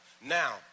Now